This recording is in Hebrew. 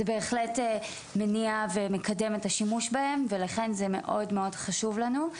זה בהחלט מניע ומקדם את השימוש בהם ולכן זה מאוד מאוד חשוב לנו.